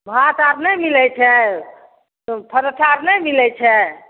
भात आओर नहि मिलै छै परौठा आओर नहि मिलै छै